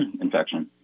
infection